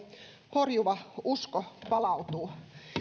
horjuva usko palautuu